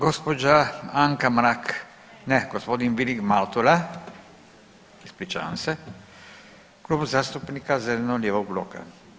Gospođa Anka Mrak, ne gospodin Vilim Matula, ispričavam se, Klub zastupnika zeleno-lijevog bloka.